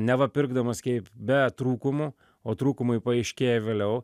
neva pirkdamas kaip be trūkumų o trūkumai paaiškėja vėliau